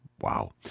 Wow